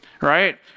right